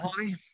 hi